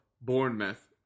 Bournemouth